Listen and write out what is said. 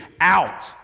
out